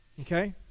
okay